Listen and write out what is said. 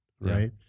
Right